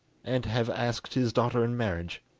and have asked his daughter in marriage